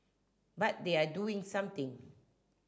but they are doing something